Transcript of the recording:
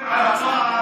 מה אתה אומר